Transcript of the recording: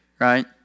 right